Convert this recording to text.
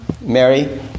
Mary